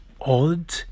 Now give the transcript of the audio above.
odd